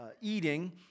Eating